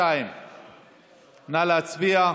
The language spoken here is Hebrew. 2. נא להצביע.